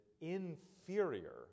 inferior